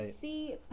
see